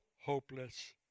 hopeless